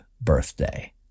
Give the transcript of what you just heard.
birthday